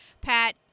Pat